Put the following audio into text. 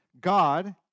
God